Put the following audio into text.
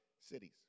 cities